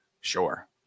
Sure